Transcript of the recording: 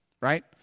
right